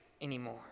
anymore